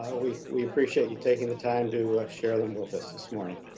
ah we we appreciate you taking the time to share them with us this morning.